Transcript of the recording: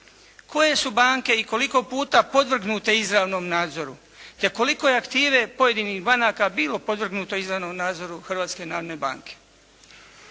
Koje su banke i koliko puta podvrgnute izravnom nadzoru te koliko je aktive pojedinih banaka bilo podvrgnuto izravnom nadzor Hrvatske narodne banke?